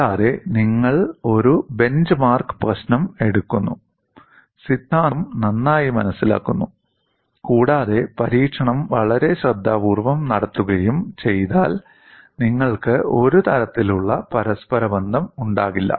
അല്ലാതെ നിങ്ങൾ ഒരു ബെഞ്ച്മാർക്ക് പ്രശ്നം എടുക്കുന്നു സിദ്ധാന്തം നന്നായി മനസിലാക്കുന്നു കൂടാതെ പരീക്ഷണം വളരെ ശ്രദ്ധാപൂർവ്വം നടത്തുകയും ചെയ്താൽ നിങ്ങൾക്ക് ഒരു തരത്തിലുള്ള പരസ്പരബന്ധം ഉണ്ടാകില്ല